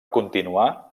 continuar